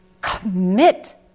commit